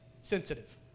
sensitive